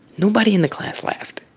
nobody in the class laughed.